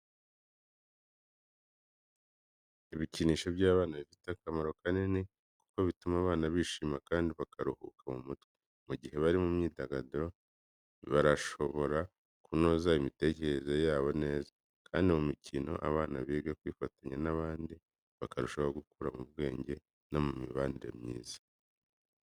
Ibikinisho by'abana bifite akamaro kanini kuko bituma abana bishima kandi bakaruhuka mu mutwe. Mu gihe bari mu myidagaduro, barashobora kunoza imitekerereze yabo neza. Kandi mu mikino, abana biga kwifatanya n’abandi, bakarushaho gukura mu bwenge no mu mibanire myiza.